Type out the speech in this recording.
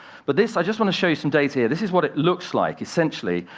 but this i just want to show you some data here. this is what it looks like, essentially,